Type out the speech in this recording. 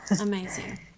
Amazing